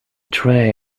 tray